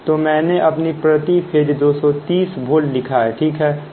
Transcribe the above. तो मैंने अभी प्रति फेज 230 वोल्ट लिखा है ठीक है